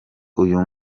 uyu